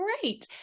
great